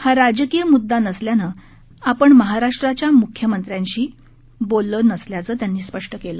हा हा राजकीय मुद्दा नसल्यानं आपण महाराष्ट्राच्या मुख्यमंत्र्यांशी बोललो नसल्याचं यांनी स्पष्ट केलं